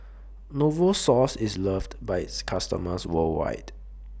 Novosource IS loved By its customers worldwide